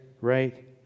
right